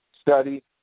study